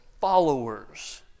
followers